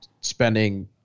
spending